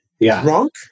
drunk